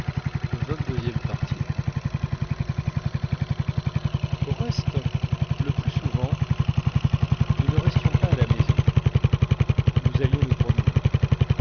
au reste le plus souvent nous ne restions pas à la maison nous allions nous promener